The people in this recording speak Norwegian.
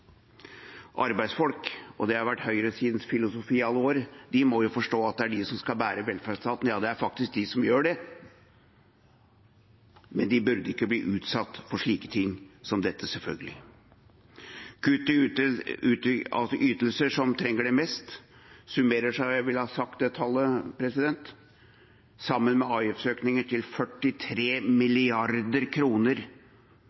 Arbeidsfolk – og det har vært høyresidens filosofi i alle år – må jo forstå at det er de som skal bære velferdsstaten. Ja, det er faktisk de som gjør det, men de burde ikke bli utsatt for slike ting som dette – selvfølgelig. Kutt i ytelser til dem som trenger det mest, summerer seg sammen med avgiftsøkninger til – jeg vil ha sagt det tallet